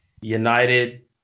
United